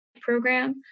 program